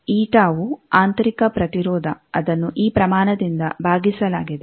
ಈಟ η ವು ಆಂತರಿಕ ಪ್ರತಿರೋಧ ಅದನ್ನು ಈ ಪ್ರಮಾಣದಿಂದ ಭಾಗಿಸಲಾಗಿದೆ